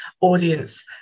audience